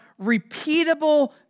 repeatable